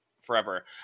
forever